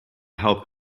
help